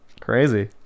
Crazy